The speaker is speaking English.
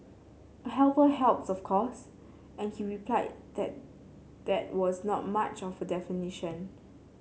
a helper helps of course and he replied that that was not much of a definition